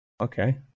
okay